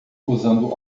usando